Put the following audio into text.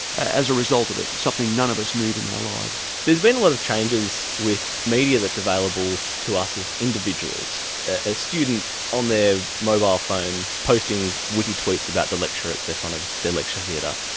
as a result of it. something none of us need in our lives. there's been a lot of changes with media that's available to us as individuals a student on their mobile phone posting witty tweets about the lecturer at the front of their lecture theatre,